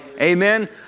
Amen